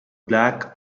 black